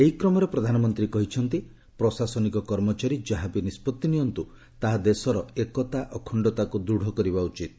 ଏହି କ୍ରମରେ ପ୍ରଧାନମନ୍ତ୍ରୀ କହିଛନ୍ତି ପ୍ରଶାସନିକ କର୍ମଚାରୀ ଯାହା ବି ନିଷ୍ପଭି ନିଅନ୍ତୁ ତାହା ଦେଶର ଏକତା ଅଖଣ୍ଡତାକୁ ଦୃଢ କରିବା ଉଚିତ୍